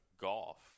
golf